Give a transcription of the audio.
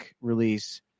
release –